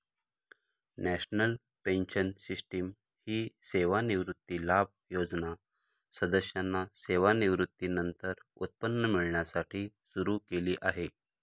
national pension system ही सेवानिवृत्ती लाभ योजना सदस्यांना सेवानिवृत्तीनंतर उत्पन्न मिळण्यासाठी सुरू केली आहे